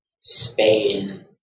Spain